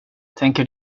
tänker